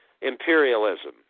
imperialism